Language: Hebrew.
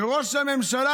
שראש הממשלה,